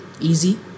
easy